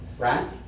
Right